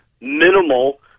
minimal